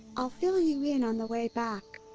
i'll fill you in on the way back.